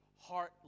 heart